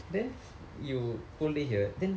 then he you whole day here then